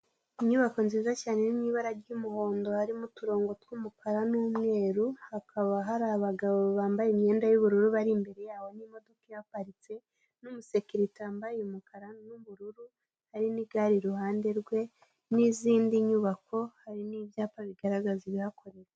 Inyubako nziza cyane iri mu ibara ry'umuhondo harimo uturongo tw'umukara n'umweru hakaba hari abagabo bambaye imyenda y'ubururu bari imbere yaho, n'imodoka ihaparitse, n'umusekirite wambaye umukara n'ubururu, hari n'igare iruhande rwe, n'izindi nyubako hari n'ibyapa bigaragaza ibihakorerwa.